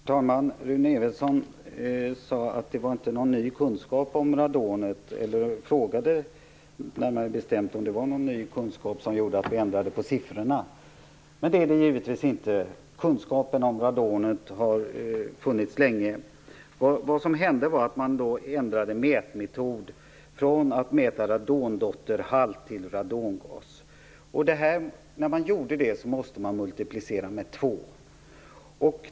Herr talman! Rune Evensson frågade om det var någon ny kunskap om radonet som gjorde att vi ändrade på siffrorna. Det var det givetvis inte. Kunskapen om radonet har funnits länge. Vad som hände var att man ändrade mätmetod. Man gick från att mäta radondotterhalt till att mäta radongas. Det innebär att man måste multiplicera med två.